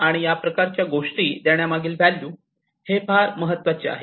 आणि या प्रकारच्या गोष्टी देण्यामागील व्हॅल्यू हे फार महत्त्वाचे आहे